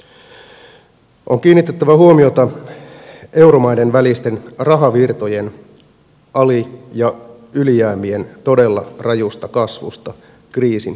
on kiinnitettävä huomiota euromaiden välisten rahavirtojen ali ja ylijäämien todella rajuun kasvuun kriisin edetessä